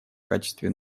качестве